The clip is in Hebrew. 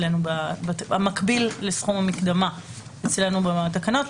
המקביל לסכום המקדמה אצלנו בתקנות.